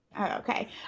Okay